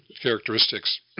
characteristics